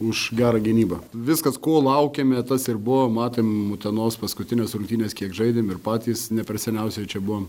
už gerą gynybą viskas ko laukėme tas ir buvo matėm utenos paskutines rungtynes kiek žaidėm ir patys ne per seniausiai čia buvom